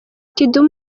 kidum